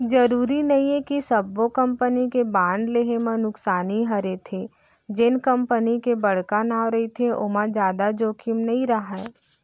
जरूरी नइये कि सब्बो कंपनी के बांड लेहे म नुकसानी हरेथे, जेन कंपनी के बड़का नांव रहिथे ओमा जादा जोखिम नइ राहय